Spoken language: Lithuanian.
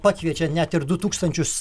pakviečia net ir du tūkstančius